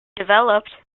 developed